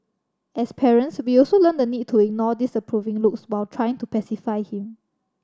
as parents we also learn the need to ignore disapproving looks while trying to pacify him